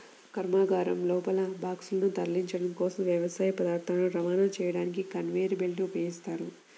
కర్మాగారం లోపల బాక్సులను తరలించడం కోసం, వ్యవసాయ పదార్థాలను రవాణా చేయడానికి కన్వేయర్ బెల్ట్ ని ఉపయోగిస్తారు